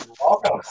Welcome